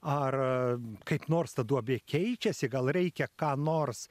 ar kaip nors ta duobė keičiasi gal reikia ką nors